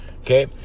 okay